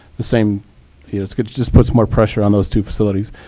the same it just puts more pressure on those two facilities.